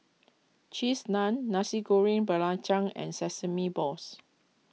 Cheese Naan Nasi Goreng Belacan and Sesame Balls